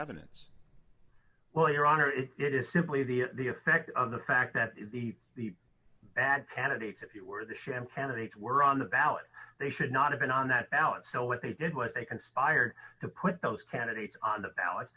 evidence well your honor it is simply the effect of the fact that the candidates if you were the sham candidate were on the ballot they should not have been on that ballot so what they did was they conspired to put those candidates on the ballot